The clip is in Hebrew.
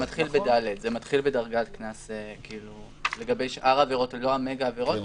זה מתחיל ב-ד' לגבי שאר העבירות, לא המגה עבירות.